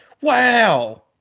Wow